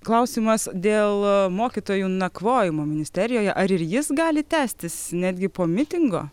klausimas dėl mokytojų nakvojimo ministerijoje ar ir jis gali tęstis netgi po mitingo